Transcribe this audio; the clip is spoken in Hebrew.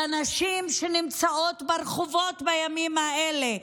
לנשים שנמצאות ברחובות בימים האלה,